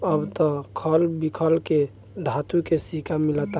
अब त खल बिखल के धातु के सिक्का मिलता